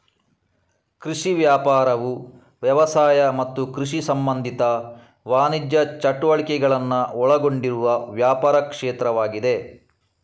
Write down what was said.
ಕೃಷಿ ವ್ಯಾಪಾರವು ವ್ಯವಸಾಯ ಮತ್ತು ಕೃಷಿ ಸಂಬಂಧಿತ ವಾಣಿಜ್ಯ ಚಟುವಟಿಕೆಗಳನ್ನ ಒಳಗೊಂಡಿರುವ ವ್ಯಾಪಾರ ಕ್ಷೇತ್ರವಾಗಿದೆ